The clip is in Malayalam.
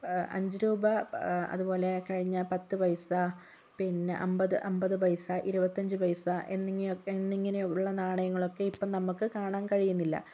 അഞ്ചുരൂപ അതുപോലെ കഴിഞ്ഞ പത്തു പൈസ പിന്നെ അൻപത് അൻപത് പൈസ ഇരുപത്തഞ്ച് പൈസ എന്നീ ഓക് എന്നിങ്ങനെയുള്ള നാണയങ്ങളൊക്കെ ഇപ്പോൾ നമുക്ക് കാണാൻ കഴിയുന്നില്ല